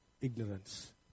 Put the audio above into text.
ignorance